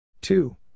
Two